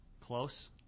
Close